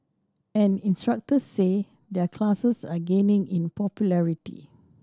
and instructor say their classes are gaining in popularity